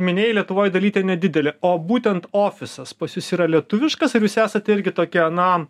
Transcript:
minėjai lietuvoj dalytė nedidelė o būtent ofisas pas jus yra lietuviškas ar jūs esate irgi tokia na